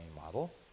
model